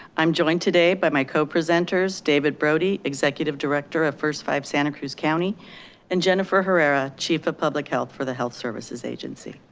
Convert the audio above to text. i'm joined today by my co-presenters david brody, executive director of first five santa cruz county and jennifer herrera chief of public health for the health services agency.